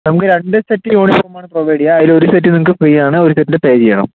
നമുക്ക് രണ്ട് set uniform ആണ് പ്രൊവൈഡ് ചെയ്യുക അതിൽ ഒരു സെറ്റ് നിങ്ങൾക്ക് ഫ്രീ ആണ് ഒരു സെറ്റിന് പേ ചെയ്യണം